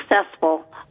successful